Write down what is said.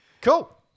Cool